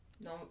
no